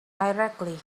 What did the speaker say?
directly